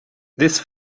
this